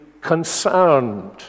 concerned